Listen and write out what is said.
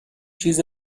چیز